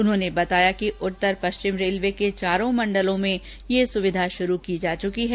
उन्होंने बताया कि उत्तर पश्चिम रेलवे के चारो मंडलों में यह सुविधा शुरू की जा चुकी है